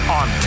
on